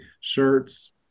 shirts